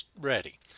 ready